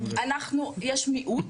יש מיעוט